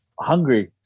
hungry